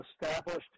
established